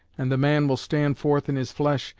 and the man will stand forth in his flesh,